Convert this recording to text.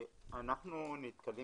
אני נכה